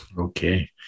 Okay